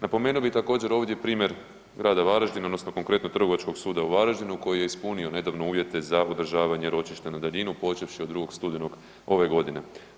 Napomenuo bi također ovdje i primjer grada Varaždina odnosno konkretno Trgovačkog suda u Varaždinu koji je ispunio nedavno uvjete za održavanje ročišta na daljinu počevši od 2. studenog ove godine.